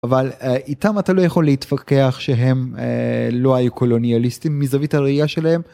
אבל איתם אתה לא יכול להתווכח שהם לא היו קולוניאליסטים מזווית הראייה שלהם.